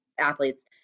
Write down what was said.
athletes